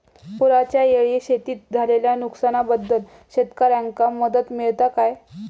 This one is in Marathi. पुराच्यायेळी शेतीत झालेल्या नुकसनाबद्दल शेतकऱ्यांका मदत मिळता काय?